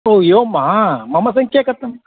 ओ एवं वा मम संख्या कथम्